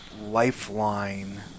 lifeline